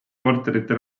korterite